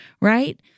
right